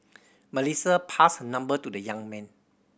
Melissa passed her number to the young man